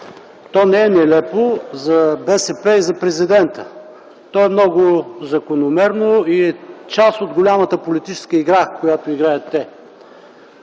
То не е нелепо за БСП и за президента. То е много закономерно и е част от голямата политическа игра, която играят те.